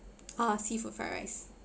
ah seafood fried rice